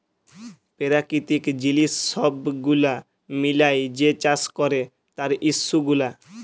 পেরাকিতিক জিলিস ছব গুলা মিলাঁয় যে চাষ ক্যরে তার ইস্যু গুলা